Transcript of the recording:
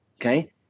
okay